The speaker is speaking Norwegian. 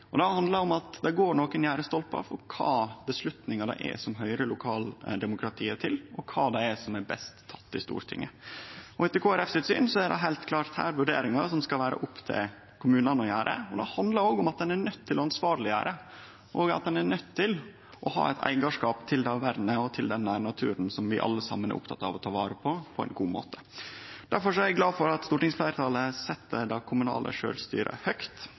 nærnatur. Det handlar om at det går nokre gjerdestolpar for kva avgjerder det er som høyrer lokaldemokratiet til, og kva det er som er best teke i Stortinget. Etter Kristeleg Folkepartis syn er det heilt klart vurderingar her som det skal vere opp til kommunane å gjere. Det handlar òg om at ein er nøydd til å ansvarleggjere, og at ein er nøydd til å ha eit eigarskap til det vernet og til denne naturen, som vi alle saman er opptekne av å ta vare på på ein god måte. Difor er eg glad for at stortingsfleirtalet set det kommunale sjølvstyret høgt.